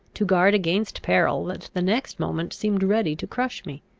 to guard against peril that the next moment seemed ready to crush me.